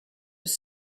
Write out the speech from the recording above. have